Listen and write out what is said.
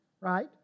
right